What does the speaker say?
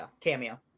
cameo